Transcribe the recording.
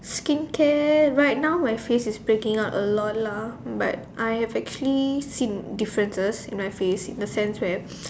skincare right now my face is breaking out a lot lah but I have actually seen differences in my face in the sense where